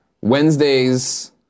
Wednesdays